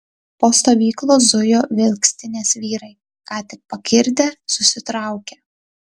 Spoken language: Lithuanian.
po stovyklą zujo vilkstinės vyrai ką tik pakirdę susitraukę